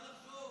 אפשר לחשוב.